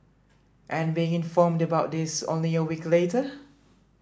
and being informed about this only a week later